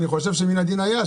אני חושב שמן הדין היה,